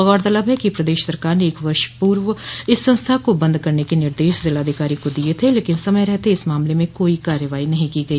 गौरतलब है कि प्रदेश सरकार ने एक वर्ष पूर्व इस संस्था को बंद करने के निर्देश जिलाधिकारी को दिये थे लेकिन समय रहते इस मामले में कोई कार्रवाई नहीं की गई